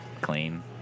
clean